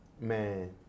man